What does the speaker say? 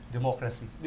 Democracy